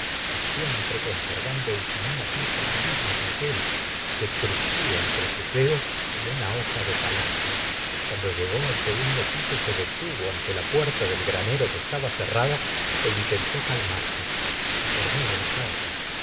y siempre conservan do en su mano aquel terrible papel que crugia en tre sus dedos como una hoja de palastro cuando lleg al segundo piso se detuvo ante la puerta del gtanero que estaba cerrada é intentó calmarse se acordó de la carta